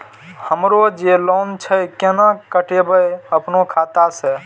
हमरो जे लोन छे केना कटेबे अपनो खाता से?